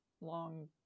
long